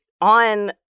on